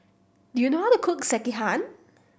do you know how to cook Sekihan